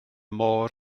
môr